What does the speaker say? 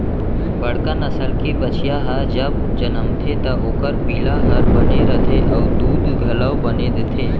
बड़का नसल के बछिया ह जब जनमथे त ओकर पिला हर बने रथे अउ दूद घलौ बने देथे